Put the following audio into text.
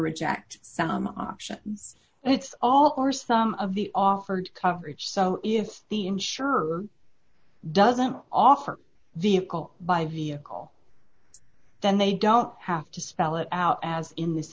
reject some option it's all or some of the offered coverage so if the insurer doesn't offer vehicle by the call then they don't have to spell it out as in this